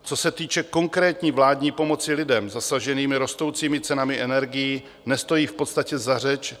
Co se týče konkrétní vládní pomoci lidem zasaženým rostoucími cenami energií, nestojí v podstatě za řeč.